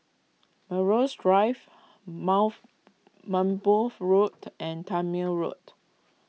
Melrose Drive mouth Road and Tangmere Road